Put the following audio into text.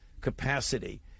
capacity